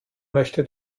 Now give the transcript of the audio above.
möchte